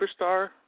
superstar